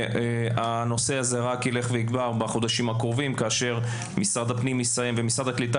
והנושא הזה רק ילך ויגבר בחודשים הקרובים כשמשרדי הפנים והקליטה